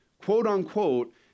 quote-unquote